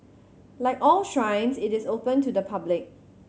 like all shrines it is open to the public